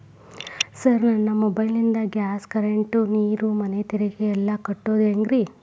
Sir ನನ್ನ mobile ನಿಂದ gas, current, ನೇರು, ಮನೆ ತೆರಿಗೆ ಎಲ್ಲಾ ಕಟ್ಟೋದು ಹೆಂಗ್ರಿ?